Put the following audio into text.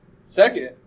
Second